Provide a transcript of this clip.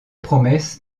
promesses